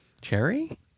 Cherry